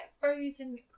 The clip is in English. frozen